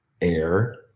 air